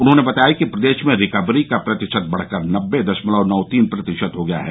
उन्होंने बताया कि प्रदेश में रिकवरी का प्रतिशत बढ़कर नब्बे दशमलव नौ तीन प्रतिशत हो गया है